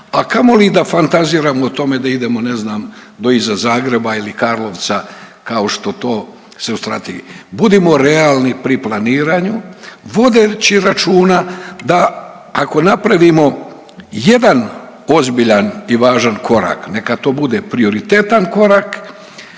a kamoli da fantaziramo o tome da idemo, ne znam, do iza Zagreba ili Karlovca, kao što to se u Strategiji. Budimo realni pri planiranju, vodeći računa da, ako napravimo jedan ozbiljan i važan korak, neka to bude prioritetan korak,